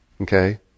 Okay